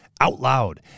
OUTLOUD